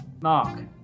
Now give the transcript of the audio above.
Mark